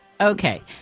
Okay